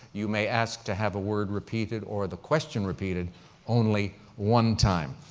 you may ask to have a word repeated or the question repeated only one time.